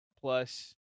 Plus